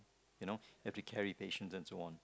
you know you have to carry stations and so on